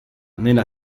nella